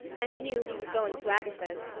and knew he was going to agatha's,